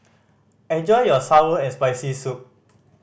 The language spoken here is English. enjoy your sour and Spicy Soup